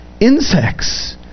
insects